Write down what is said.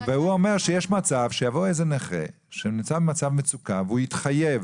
הוא אומר שיש מצב שיבוא נכה שנמצא במצוקה ויתחייב